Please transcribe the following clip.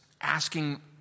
asking